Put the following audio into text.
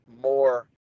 more